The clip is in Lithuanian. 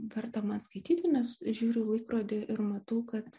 verta man skaityti nes žiūriu į laikrodį ir matau kad